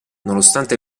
nonostante